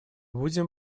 будем